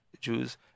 Jews